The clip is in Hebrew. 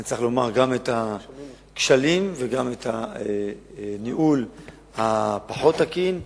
אני צריך לומר גם את הכשלים וגם את הניהול הפחות תקין,